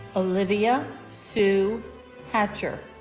olivia sue hatcher